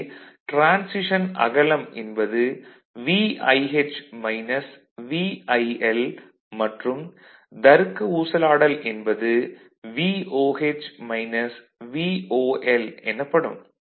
எனவே டிரான்சிஷன் அகலம் என்பது VIH மைனஸ் VIL மற்றும் தருக்க ஊசலாடல் என்பது VOH மைனஸ் VOL எனப்படும்